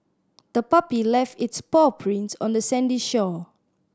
the puppy left its paw prints on the sandy shore